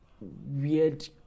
weird